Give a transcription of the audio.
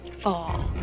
fall